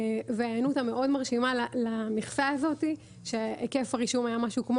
וההיענות המאוד מרשימה למכסה הזו היקף הרישום היה משהו כמו